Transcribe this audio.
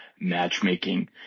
matchmaking